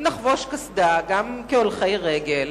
אם נחבוש קסדה תמיד, גם בבית, גם כהולכי רגל,